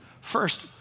first